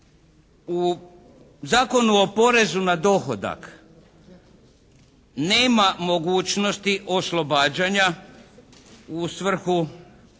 U Zakonu o porezu na dohodak nema mogućnosti oslobađanja u svrhu